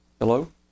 Hello